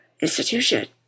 institution